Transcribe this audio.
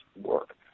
work